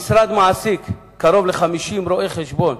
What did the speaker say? המשרד מעסיק קרוב ל-50 רואי-חשבון